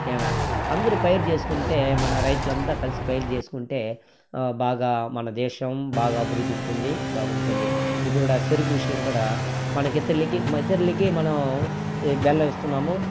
ఏమి అందరు పైరు చేసుకుంటే మన రైతులంతా కలిసి పైరు చేసుకుంటే బాగా మన దేశం బాగా అభివృద్ధి ఉంటుంది బాగుంటుంది ఇప్పుడు కూడా చెరుకు విషయం కూడా మనకైతే లికి ఇతరిలికి మనం బెల్లం ఇస్తున్నాము